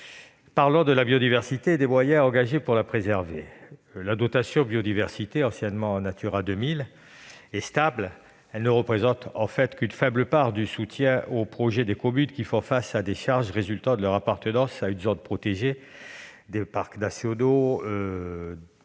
parlons de la biodiversité et des moyens engagés pour la préserver. La dotation « biodiversité », anciennement Natura 2000, est stable et ne représente qu'une faible part du soutien aux projets des communes qui font face à des charges résultant de leur appartenance à une zone protégée, à des parcs nationaux